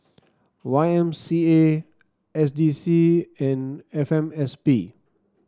Y M C A S D C and F M S P